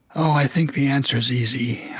oh, i think the answer is easy.